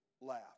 laugh